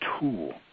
tool